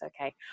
okay